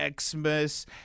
Xmas